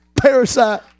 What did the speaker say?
parasite